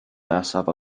nesaf